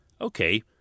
Okay